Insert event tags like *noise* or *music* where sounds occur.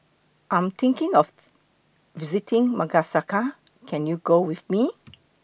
I Am thinking of *noise* visiting Madagascar Can YOU Go with Me